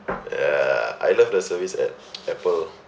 yeah I love the service at Apple